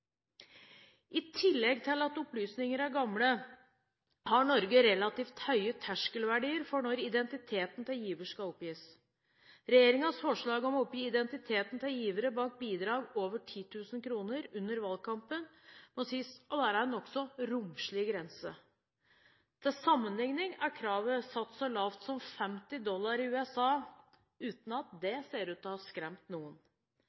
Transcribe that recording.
I tillegg til at opplysninger er gamle, har Norge relativt høye terskelverdier for når identiteten til giver skal oppgis. Regjeringens forslag om å oppgi identiteten til givere bak bidrag over 10 000 kr under valgkampen, må kunne sies å være en nokså romslig grense. Til sammenlikning er kravet satt så lavt som 50 dollar i USA, uten at det ser ut til å ha skremt noen.